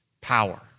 Power